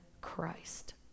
Christ